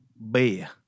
Bear